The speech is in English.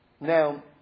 Now